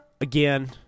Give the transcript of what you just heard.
Again